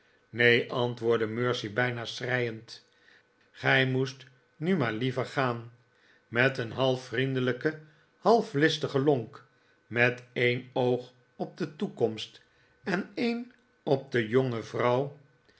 neen antwoordde mercy bijna schreiend gij moest nu maar liever gaan met een half vriendelijken half listigen lonk met een oog op de toekomst en een op de jonge vrouw